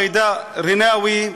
ג'ידא רינאוי,